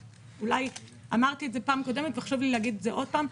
אמרתי את זה פעם קודמת וחשוב לי להגיד את זה עוד פעם.